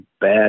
bad